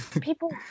people